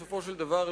בסופו של דבר,